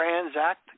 Transact